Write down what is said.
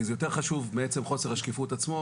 כי זה יותר חשוב מעצם חוסר השקיפות עצמו,